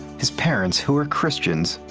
his parents, who were christians,